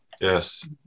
Yes